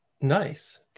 Nice